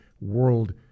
World